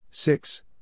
Six